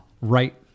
right